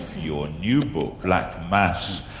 your new book, black mass.